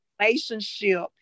relationship